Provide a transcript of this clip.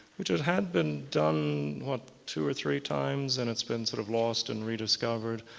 which had had been done, what, two or three times and it's been sort of lost and rediscovered.